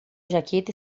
jaqueta